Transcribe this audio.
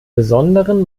besonderen